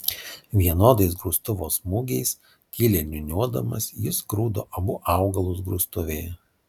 vienodais grūstuvo smūgiais tyliai niūniuodamas jis grūdo abu augalus grūstuvėje